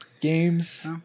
games